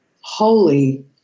holy